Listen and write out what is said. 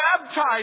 baptized